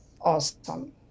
awesome